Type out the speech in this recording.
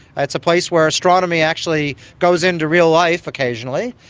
that's a place where astronomy actually goes into real life occasionally,